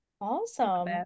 Awesome